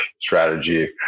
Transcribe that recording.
strategy